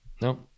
No